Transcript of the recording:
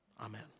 Amen